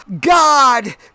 God